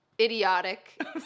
idiotic